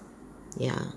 ya